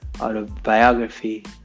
autobiography